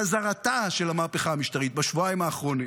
חזרתה של המהפכה המשטרית בשבועיים האחרונים